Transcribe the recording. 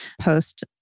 post